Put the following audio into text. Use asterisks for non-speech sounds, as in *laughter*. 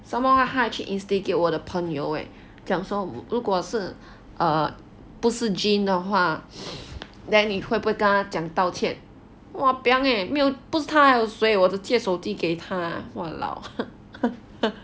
some more 他还去 instigate 我的朋友 eh 讲说如果是不是 jean 的话 then 你会不会跟他讲道歉 !wahpiang! eh 没有不是他还有谁我只借手机给他 !walao! *laughs*